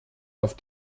auf